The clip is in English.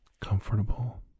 Comfortable